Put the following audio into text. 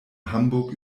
hamburg